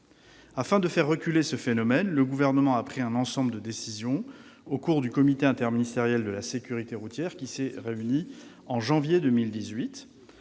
Afin de faire reculer ce phénomène, le Gouvernement a pris un ensemble de décisions au cours du comité interministériel de la sécurité routière réuni en janvier 2018.